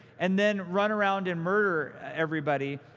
and then run around and murder everybody.